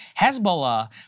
Hezbollah